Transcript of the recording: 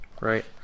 Right